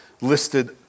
listed